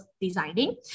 designing